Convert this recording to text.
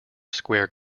square